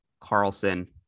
Carlson